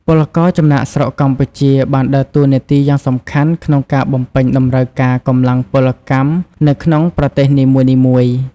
ពលករចំណាកស្រុកកម្ពុជា បានដើរតួនាទីយ៉ាងសំខាន់ក្នុងការបំពេញតម្រូវការកម្លាំងពលកម្មនៅក្នុងប្រទេសនីមួយៗ ។